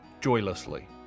joylessly